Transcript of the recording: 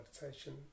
meditation